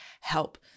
help